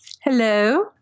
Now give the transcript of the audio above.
Hello